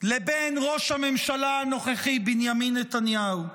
לבין ראש הממשלה הנוכחי, בנימין נתניהו?